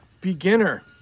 beginner